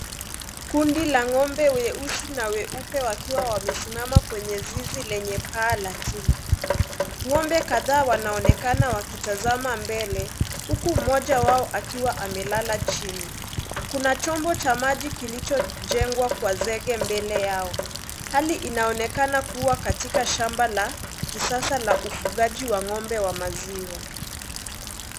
Kundi la ng'ombe weusi na weupe wakiwa wamesimama kwenye zizi lenye paa la chuma. Ng'ombe kadhaa wanaonekana wakitazama mbele huku mmoja wao akiwa amelala chini. Kuna chombo cha maji kilichojengwa kwa zege mbele yao. Hali inaonekana kuwa katika shamba la kisasa la ufugaji wa ng'ombe wa maziwa.